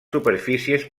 superfícies